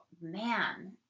man